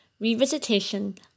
revisitation